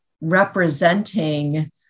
representing